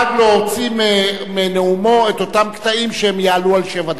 שידאג להוציא מנאומו את אותם קטעים שיעלו על שבע דקות.